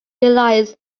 realize